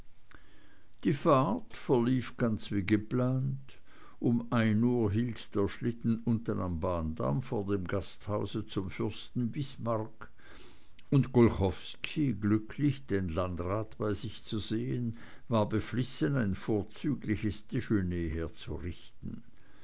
die fahrt verlief ganz wie geplant um ein uhr hielt der schlitten unten am bahndamm vor dem gasthaus zum fürsten bismarck und golchowski glücklich den landrat bei sich zu sehen war beflissen ein vorzügliches dejeuner herzurichten